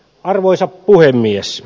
arvoisa puhemies